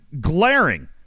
glaring